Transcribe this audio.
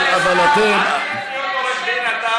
אבל אתם, יריב להיות עורך דין.